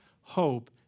hope